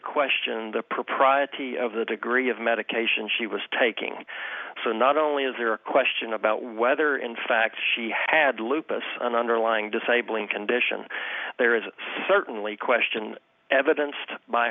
question the propriety of the degree of medication she was taking for not only is there a question about whether in fact she had lupus an underlying disabling condition there is certainly question evidence